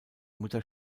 mutter